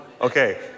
Okay